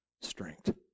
strength